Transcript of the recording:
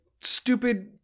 stupid